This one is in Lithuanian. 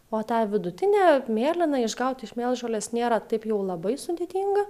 o tą vidutinę mėlyną išgaut iš mėlžolės nėra taip jau labai sudėtinga